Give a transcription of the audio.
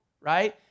right